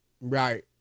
Right